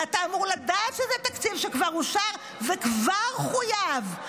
ואתה אמור לדעת שזה תקציב שכבר אושר וכבר חויב,